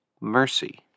mercy